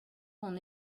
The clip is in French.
qu’on